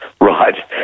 right